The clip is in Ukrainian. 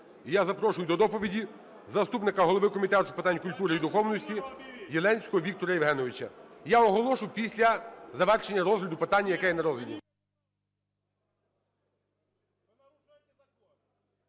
я запрошую до доповіді заступника голови Комітету з питань культури і духовності Єленського Віктора Євгеновича. (Шум у залі) Я оголошу після завершення розгляду питання, яке є на розгляді.